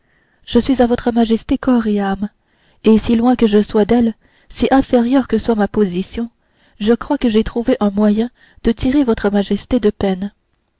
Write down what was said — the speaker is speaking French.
je suis à votre majesté corps et âme et si loin que je sois d'elle si inférieure que soit ma position je crois que j'ai trouvé un moyen de tirer votre majesté de peine